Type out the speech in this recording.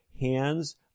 hands